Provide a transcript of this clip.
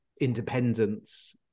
independence